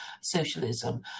socialism